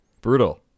brutal